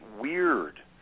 weird